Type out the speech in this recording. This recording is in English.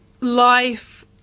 life